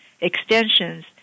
extensions